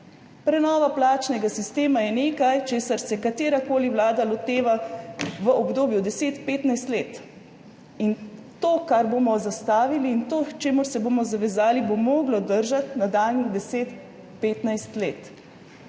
Prenova plačnega sistema je nekaj, česar se katerakoli vlada loteva v obdobju 10, 15 let. To, kar bomo zastavili, in to, k čemur se bomo zavezali, bo moralo držati nadaljnjih 10, 15 let.